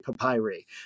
papyri